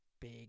big